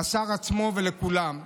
לשר עצמו ולכולם.